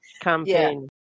campaign